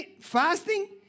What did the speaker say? fasting